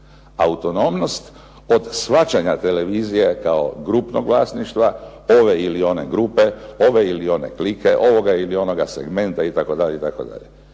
Autonomnost od shvaćanja televizije kao grupnog vlasništva ove ili one grupe, ove ili one klike, ovoga ili onoga segmenta itd.